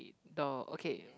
the okay